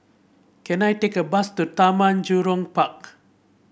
can I take a bus to Taman Jurong Park